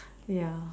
ya